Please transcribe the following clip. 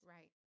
Right